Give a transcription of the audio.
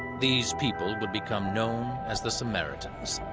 these people would become known as the samaritans,